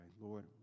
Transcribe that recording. Lord